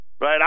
right